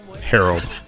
Harold